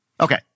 okay